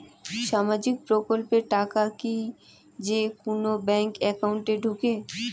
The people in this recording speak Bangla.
সামাজিক প্রকল্পের টাকা কি যে কুনো ব্যাংক একাউন্টে ঢুকে?